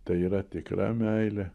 tai yra tikra meilė